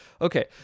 Okay